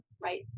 right